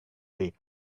lake